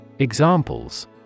Examples